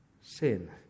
sin